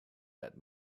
that